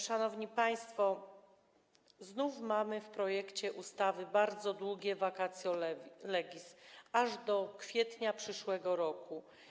Szanowni państwo, znów mamy w projekcie ustawy bardzo długie vacatio legis, aż do kwietnia przyszłego roku.